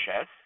chess